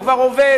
הוא עובד,